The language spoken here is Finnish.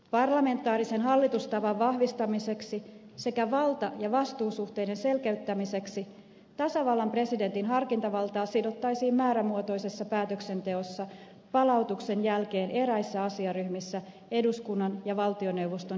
parlamentaarisen hallitustavan vahvistamiseksi sekä valta ja vastuusuhteiden selkeyttämiseksi tasavallan presidentin harkintavaltaa sidottaisiin määrämuotoisessa päätöksenteossa palautuksen jälkeen eräissä asiaryhmissä eduskunnan ja valtioneuvoston yhtenevään kantaan